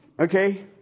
Okay